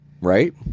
right